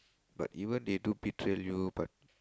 but even they do betray you but